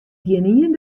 gjinien